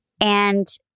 and-